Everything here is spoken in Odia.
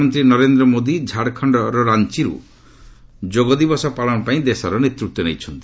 ପ୍ରଧାନମନ୍ତ୍ରୀ ନରେନ୍ଦ୍ର ମୋଦି ଝାଡ଼ଖଣ୍ଡ ରାଞ୍ଚରୁ ଯୋଗ ଦିବସ ପାଳନ ପାଇଁ ଦେଶର ନେତୃତ୍ୱ ନେଇଛନ୍ତି